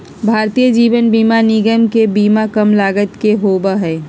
भारतीय जीवन बीमा निगम के बीमा कम लागत के होबा हई